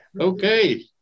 Okay